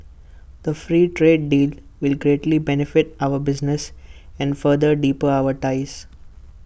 the free trade deal will greatly benefit our businesses and further deepen our ties